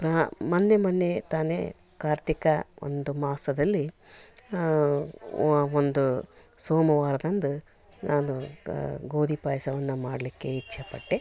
ಪ್ರ ಮೊನ್ನೆ ಮೊನ್ನೆ ತಾನೇ ಕಾರ್ತಿಕ ಒಂದು ಮಾಸದಲ್ಲಿ ಒಂದು ಸೋಮವಾರದಂದು ನಾನು ಗೋಧಿ ಪಾಯಸವನ್ನ ಮಾಡಲಿಕ್ಕೆ ಇಚ್ಛೆಪಟ್ಟೆ